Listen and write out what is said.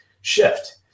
shift